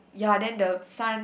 ya then the son